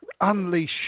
unleash